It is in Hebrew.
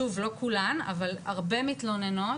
שוב לא כולן, אבל הרבה מתלוננות.